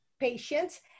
patients